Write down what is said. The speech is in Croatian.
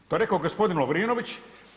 To je rekao gospodin Lovrinović.